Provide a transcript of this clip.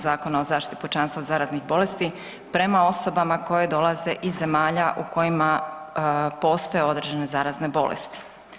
Zakona o zaštiti pučanstva od zaraznih bolesti prema osobama koje dolaze iz zemalja u kojima postoje određene zarazne bolesti.